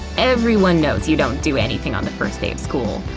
everyone knows you don't do anything on the first day of school.